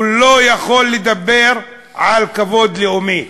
לא יכול לדבר על כבוד לאומי.